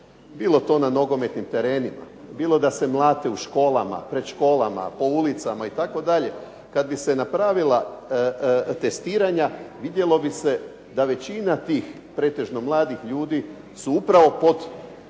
bilo to na nogometnim terenima, bilo da se mlate pred školama u školama, po ulicama itd. kada bi se napravila testiranja vidjelo bi se da većina tih pretežno mladih ljudi su upravo pod lakim